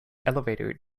elevator